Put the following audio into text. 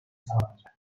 sağlanacak